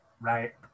Right